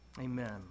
Amen